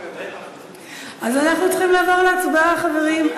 אז אנחנו צריכים לעבור להצבעה, חברים.